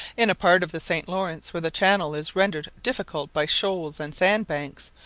in a part of the st. laurence, where the channel is rendered difficult by shoals and sand-banks,